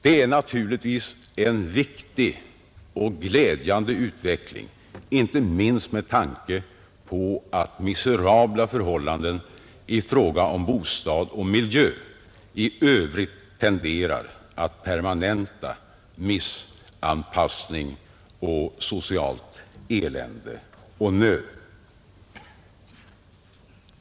Det är naturligtvis en riktig och glädjande utveckling, inte minst med tanke på att miserabla förhållanden i fråga om bostad och miljö i övrigt tenderar att permanenta missanpassning och socialt elände och nöd.